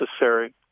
necessary